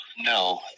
no